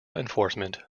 enforcement